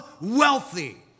wealthy